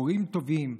מהורים טובים,